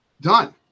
done